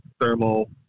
thermal